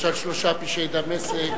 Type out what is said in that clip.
יש "על שלשה פשעי דמשק".